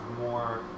more